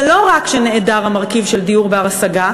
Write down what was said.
ולא רק שנעדר המרכיב של דיור בר-השגה,